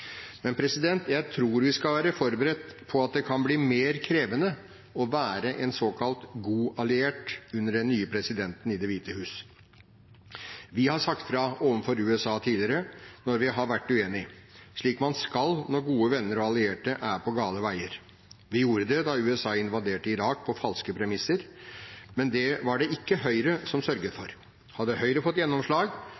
jeg tror vi skal være forberedt på at det kan bli mer krevende å være en såkalt god alliert under den nye presidenten i Det hvite hus. Vi har sagt fra overfor USA tidligere når vi har vært uenige, slik man skal når gode venner og allierte er på gale veier. Vi gjorde det da USA invaderte Irak på falske premisser, men det var det ikke Høyre som sørget